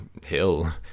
hill